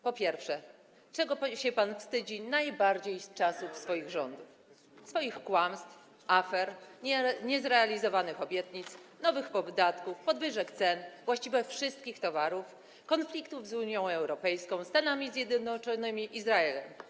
Po pierwsze, czego się pan wstydzi najbardziej z czasów swoich rządów - swoich kłamstw, afer, niezrealizowanych obietnic, nowych podatków, podwyżek cen właściwie wszystkich towarów, konfliktów z Unią Europejską, ze Stanami Zjednoczonymi, z Izraelem?